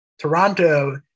Toronto